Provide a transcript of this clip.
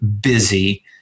busy